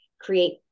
create